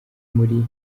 muri